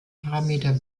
parameter